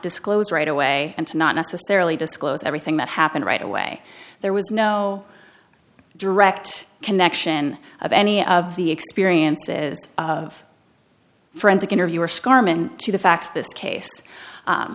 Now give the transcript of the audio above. disclose right away and to not necessarily disclose everything that happened right away there was no direct connection of any of the experiences of forensic interviewer scarman to the facts of this case